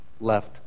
left